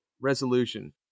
resolution